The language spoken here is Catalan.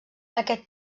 aquest